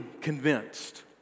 convinced